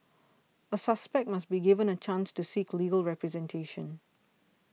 a suspect must be given a chance to seek a legal representation